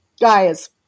guys